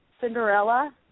Cinderella